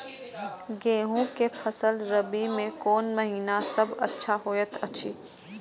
गेहूँ के फसल रबि मे कोन महिना सब अच्छा होयत अछि?